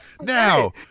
Now